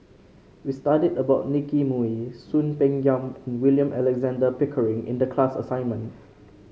we studied about Nicky Moey Soon Peng Yam and William Alexander Pickering in the class assignment